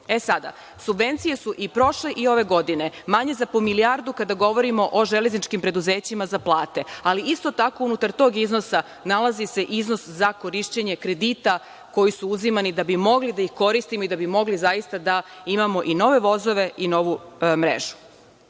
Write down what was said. subvencije. Subvencije su i prošle i ove godine manje za po milijardu kada govorimo o železničkim preduzećima za plate. Isto tako unutar tog iznosa se nalazi i iznos za korišćenje kredita koji su uzimani da bi mogli da ih koristimo i da bi mogli da imamo i nove vozove i novu mrežu. Zatim,